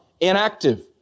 inactive